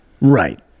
Right